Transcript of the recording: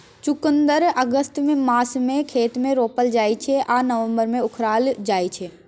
चुकंदर अगस्त मासमे खेत मे रोपल जाइ छै आ नबंबर मे उखारल जाइ छै